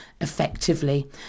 effectively